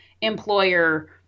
employer